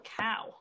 cow